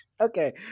Okay